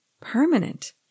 permanent